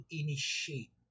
initiate